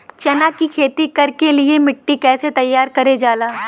चना की खेती कर के लिए मिट्टी कैसे तैयार करें जाला?